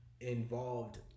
involved